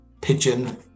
pigeon